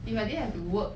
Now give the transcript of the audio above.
if I didn't have to work